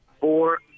four